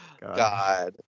God